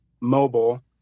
mobile